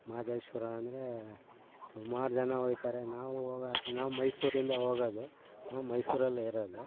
ಮಹದೇಶ್ವರ ಅಂದರೆ ಸುಮಾರು ಜನ ಹೊಯ್ತಾರೆ ನಾವು ಹೋಗೊ ಆಸೆ ನಾವು ಮೈಸೂರಿಂದ ಹೋಗೋದು ನಾವು ಮೈಸೂರಲ್ಲೆ ಇರೋದು